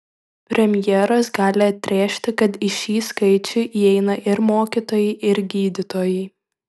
premjeras gali atrėžti kad į šį skaičių įeina ir mokytojai ir gydytojai